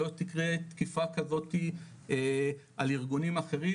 שלא תקרה תקיפה כזאתי על ארגונים אחרים.